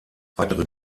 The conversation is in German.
weitere